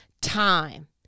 time